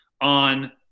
on